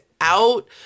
out